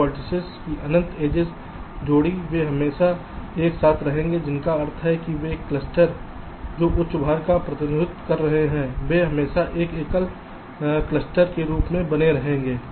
तो वेर्तिसेस की अनंत एड्जेस जोड़ी वे हमेशा एक साथ रहेंगे जिसका अर्थ है कि वे क्लस्टर जो उच्च भार का प्रतिनिधित्व कर रहे हैं वे हमेशा एकल क्लस्टर के रूप में बने रहेंगे